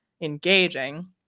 engaging